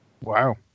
Wow